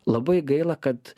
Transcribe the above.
labai gaila kad